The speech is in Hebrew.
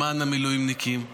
למען המילואימניקים.